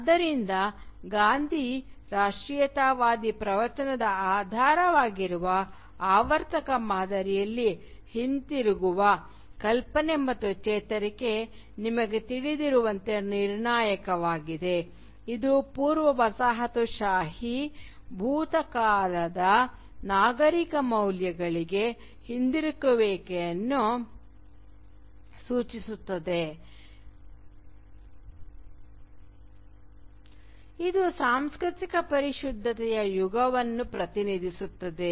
ಆದ್ದರಿಂದ ಗಾಂಧಿ ರಾಷ್ಟ್ರೀಯತಾವಾದಿ ಪ್ರವಚನದ ಆಧಾರವಾಗಿರುವ ಆವರ್ತಕ ಮಾದರಿಯಲ್ಲಿ ಹಿಂದಿರುಗುವ ಕಲ್ಪನೆ ಮತ್ತು ಚೇತರಿಕೆ ನಿಮಗೆ ತಿಳಿದಿರುವಂತೆ ನಿರ್ಣಾಯಕವಾಗಿದೆ ಇದು ಪೂರ್ವ ವಸಾಹತುಶಾಹಿ ಭೂತಕಾಲದ ನಾಗರಿಕ ಮೌಲ್ಯಗಳಿಗೆ ಹಿಂದಿರುಗುವಿಕೆಯನ್ನು ಸೂಚಿಸುತ್ತದೆ ಇದು ಸಾಂಸ್ಕೃತಿಕ ಪರಿಶುದ್ಧತೆಯ ಯುಗವನ್ನು ಪ್ರತಿನಿಧಿಸುತ್ತದೆ